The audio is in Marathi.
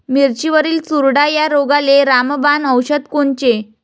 मिरचीवरील चुरडा या रोगाले रामबाण औषध कोनचे?